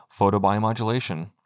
photobiomodulation